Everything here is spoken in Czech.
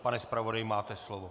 Pane zpravodaji, máte slovo.